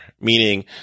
Meaning